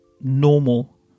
normal